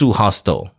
hostel